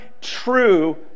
true